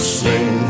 sing